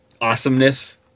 awesomeness